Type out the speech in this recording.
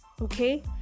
okay